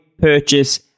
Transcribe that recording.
purchase